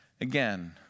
again